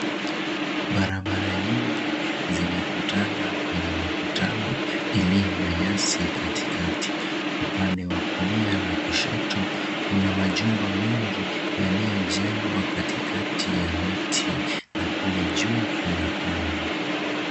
Barabara nyingi zimekutana kwenye makutano iliyo na nyasi ya katikati. Upande wa kulia na kushoto kuna majumba mengi yaliyojengwa katikati ya miti na kule juu kuna anga.